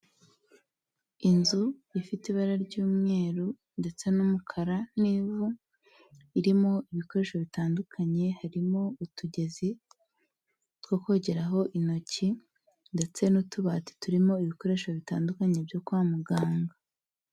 Inzu ifite ibara ry'umweru ndetse n'umukara n'ivu, irimo ibikoresho bitandukanye, harimo utugezi two kongeraho intoki ndetse n'utubati turimo ibikoresho bitandukanye byo kwa muganga.